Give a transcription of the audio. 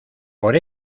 por